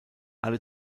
alle